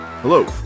Hello